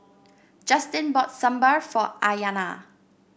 Justin bought Sambar for Aiyana